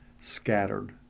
scattered